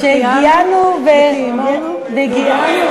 שהגיענו, שהחיינו, וקיימנו והגיענו.